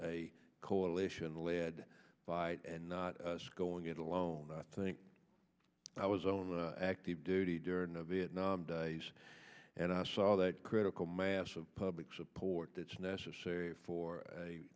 a coalition led by and not going it alone i think i was on active duty during the vietnam days and i saw that critical mass of public support that's necessary for a